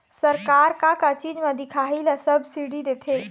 सरकार का का चीज म दिखाही ला सब्सिडी देथे?